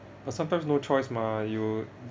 but sometimes no choice mah you